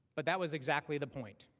but that was exactly the point.